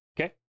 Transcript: Okay